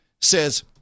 says